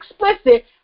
explicit